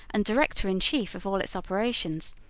and director-in-chief of all its operations.